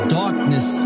darkness